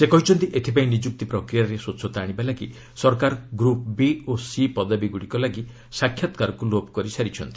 ସେ କହିଛନ୍ତି ଏଥିପାଇଁ ନିଯୁକ୍ତି ପ୍ରକ୍ରିୟାରେ ସ୍ୱଚ୍ଚତା ଆଶିବା ଲାଗି ସରକାର ଗ୍ରପ୍ ବି ଓ ସି ପଦବୀଗୁଡ଼ିକ ଲାଗି ସାକ୍ଷାତକାରକୁ ଲୋପ କରିସାରିଛନ୍ତି